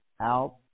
Out